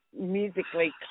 musically